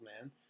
man